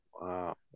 Wow